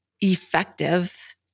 effective